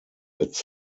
its